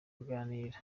kuganira